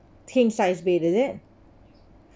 king size bed is it